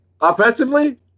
Offensively